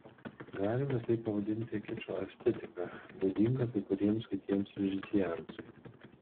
galime tai pavadinti kičo estetika būdinga kai kuriems kitiems režisieriams